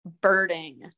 birding